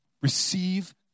Receive